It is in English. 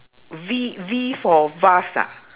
V V for vase ah